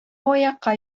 аякка